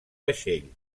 vaixell